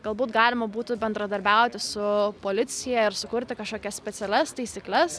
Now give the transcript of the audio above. galbūt galima būtų bendradarbiauti su policija ir sukurti kažkokias specialias taisykles